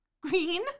Green